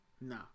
No